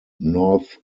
north